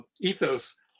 ethos